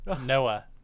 Noah